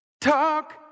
Talk